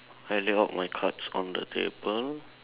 I lay out my cards on the table